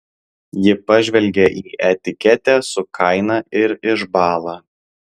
ji pažvelgia į etiketę su kaina ir išbąla